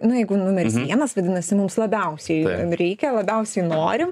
nu jeigu numeris vienas vadinasi mums labiausiai reikia labiausiai norim